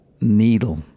needle